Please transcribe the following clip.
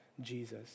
Jesus